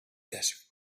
desert